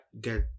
get